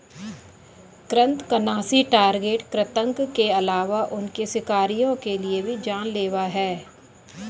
कृन्तकनाशी टारगेट कृतंक के अलावा उनके शिकारियों के लिए भी जान लेवा हैं